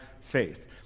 Faith